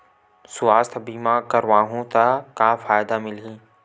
सुवास्थ बीमा करवाहू त का फ़ायदा मिलही?